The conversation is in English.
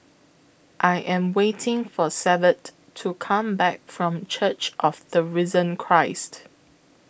I Am waiting For Severt to Come Back from Church of The Risen Christ